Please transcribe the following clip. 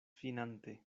finante